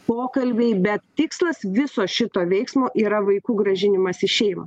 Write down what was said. pokalbiai bet tikslas viso šito veiksmo yra vaikų grąžinimas į šeimą